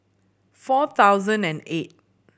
four thousand and eight